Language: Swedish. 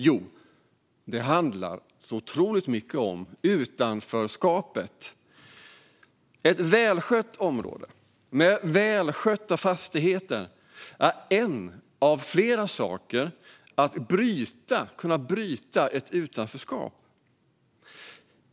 Jo, det handlar så otroligt mycket om utanförskapet. Ett välskött område med välskötta fastigheter är en av flera saker som kan bryta ett utanförskap.